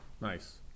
Nice